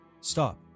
stop